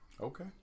Okay